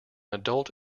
adult